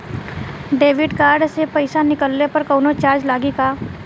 Debit card से पैसा निकलले पर कौनो चार्ज लागि का?